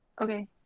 okay